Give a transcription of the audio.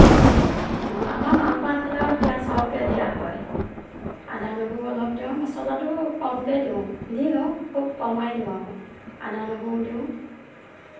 আমাৰ মাংস আনিলে আৰু পিয়াজ সৰহকে দিয়া হয় আদা নহৰু অলপ দিওঁ মছলাটোও কমকে দিওঁ দিওঁ খুব কমাই দিওঁ আৰু আদা নহৰু দিওঁ